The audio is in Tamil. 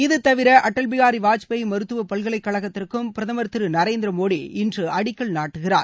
இது தவிர அடல் பிஹாரி வாஜ்பாயி மருத்துவ பல்கலைக்கழகத்திற்கும் பிரதமர் திரு நரேந்திர மோடி இன்று அடிக்கல் நாட்டுகிறார்